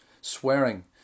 swearing